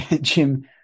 Jim